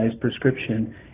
prescription